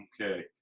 Okay